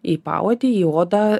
į paodį į odą